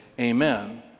amen